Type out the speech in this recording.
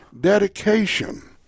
dedication